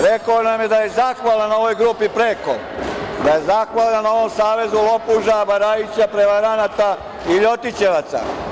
Rekao nam je da je zahvalan na ovoj grupi preko, da je zahvalan na ovom savezu lopuža, varajića, prevaranata i LJotićevaca.